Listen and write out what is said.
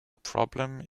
problem